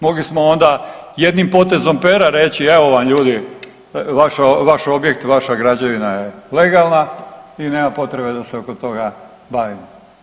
Mogli smo onda jednim potezom pera reći evo vam ljudi vaš objekt, vaša građevina je legalna i nema potrebe da se oko toga bavimo.